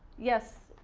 yes,